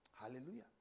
Hallelujah